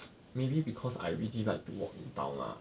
maybe because I really like to walk in town lah